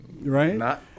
right